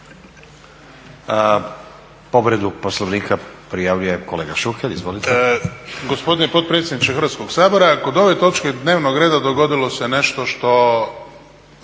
Povredu Poslovnika prijavljuje kolega Šuker. Izvolite.